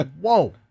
Whoa